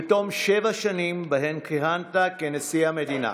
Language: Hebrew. בתום שבע שנים שבהן כיהנת כנשיא המדינה.